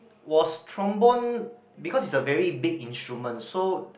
was trombone because is a very big instrument so